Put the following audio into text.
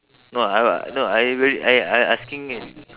no I no I very I I I asking it